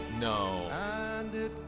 no